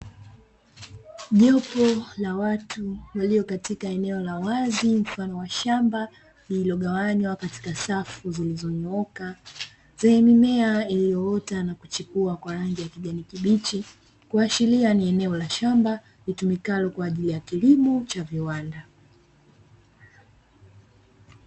Jopo la watu waliopo katika eneo la wazi, mfano wa shamba lililogawanywa katika safu zilizonyooka, zenye mimea iliyoota na kuchipua kwa rangi ya kijani kibichi, kuashiria ni eneo la shamba litumikalo kwa ajili ya kilimo cha viwanda.